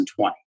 2020